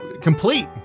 complete